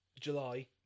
July